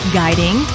guiding